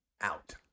out